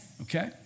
Okay